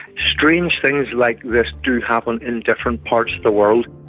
strange things like this do happen in different parts of the world.